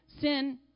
Sin